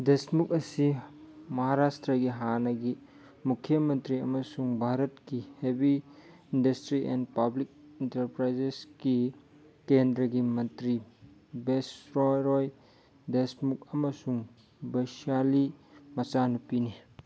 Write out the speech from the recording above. ꯗꯦꯁꯃꯨꯛ ꯑꯁꯤ ꯃꯥꯍꯥꯔꯥꯁꯇ꯭ꯔꯥꯒꯤ ꯍꯥꯟꯅꯒꯤ ꯃꯨꯈ꯭ꯌꯥ ꯃꯟꯇ꯭ꯔꯤ ꯑꯃꯁꯨꯡ ꯚꯥꯔꯠꯀꯤ ꯍꯦꯕꯤ ꯏꯟꯗꯁꯇ꯭ꯔꯤ ꯑꯦꯟ ꯄꯥꯕ꯭ꯂꯤꯛ ꯏꯟꯇꯔꯄ꯭ꯔꯥꯏꯖꯦꯁꯀꯤ ꯀꯦꯟꯗ꯭ꯔꯒꯤ ꯃꯟꯇ꯭ꯔꯤ ꯕꯦꯁꯇ꯭ꯔꯣꯔꯣꯏ ꯗꯦꯁꯃꯨꯛ ꯑꯃꯁꯨꯡ ꯕꯥꯏꯁꯤꯌꯥꯂꯤꯒꯤ ꯃꯆꯥꯅꯨꯄꯤꯅꯤ